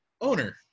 owner